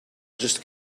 just